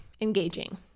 engaging